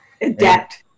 Adapt